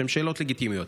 שהן שאלות לגיטימיות,